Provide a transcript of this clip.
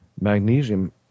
magnesium